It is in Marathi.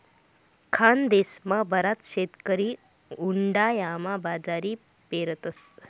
खानदेशमा बराच शेतकरी उंडायामा बाजरी पेरतस